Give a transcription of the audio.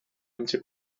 empty